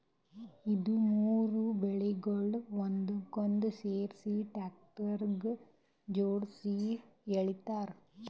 ಇದು ಮೂರು ಬೇಲ್ಗೊಳ್ ಒಂದಕ್ಕೊಂದು ಸೇರಿಸಿ ಟ್ರ್ಯಾಕ್ಟರ್ಗ ಜೋಡುಸಿ ಎಳಿತಾರ್